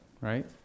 right